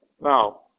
Now